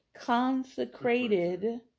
consecrated